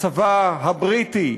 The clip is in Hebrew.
הצבא הבריטי,